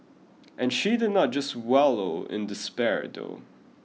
and she did not just wallow in despair though